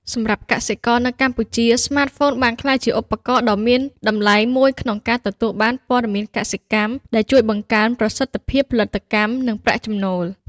សម្រាប់កសិករនៅកម្ពុជា ស្មាតហ្វូនបានក្លាយជាឧបករណ៍ដ៏មានតម្លៃមួយក្នុងការទទួលបាន ព័ត៌មានកសិកម្ម ដែលជួយបង្កើនប្រសិទ្ធភាពផលិតកម្ម និងប្រាក់ចំណូល។